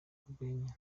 urwenya